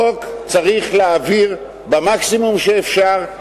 חוק צריך להעביר במקסימום שאפשר,